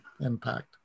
impact